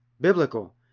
biblical